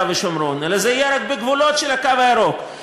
ושומרון אלא זה יהיה רק בגבולות של הקו הירוק,